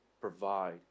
provide